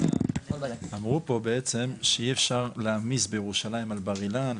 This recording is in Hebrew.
אמרו פה בעצם שאי אפשר להעמיס בירושלים על בר אילן,